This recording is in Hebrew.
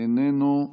איננו,